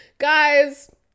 guys